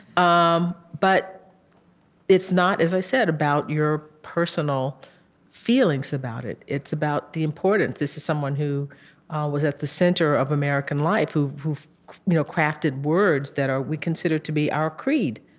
um but it's not, as i said, about your personal feelings about it. it's about the importance. this is someone who ah was at the center of american life, who who you know crafted words that we consider to be our creed,